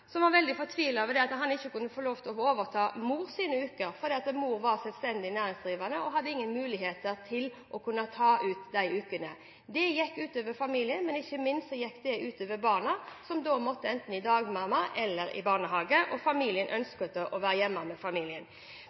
som var veldig fortvilt over at han ikke kunne få lov til å overta mors uker. Mor var selvstendig næringsdrivende og hadde ingen mulighet til å ta ut de ukene. Det gikk ut over familien, men ikke minst gikk det ut over barna, som da måtte enten til dagmamma eller i barnehage, mens familien ønsket at barnet skulle være hjemme med familien.